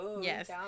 yes